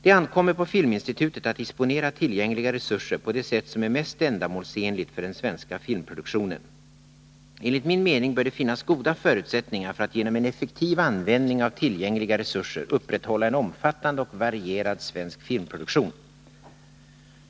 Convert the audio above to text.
Det ankommer på Filminstitutet att disponera tillgängliga resurser på det sätt som är mest ändamålsenligt för den svenska filmproduktionen. Enligt min mening bör det finnas goda förutsättningar för att genom en effektiv användning av tillgängliga resurser upprätthålla en omfattande och varierad svensk filmproduktion.